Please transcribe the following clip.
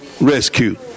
rescue